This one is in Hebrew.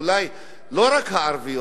אולי לא רק הערביות,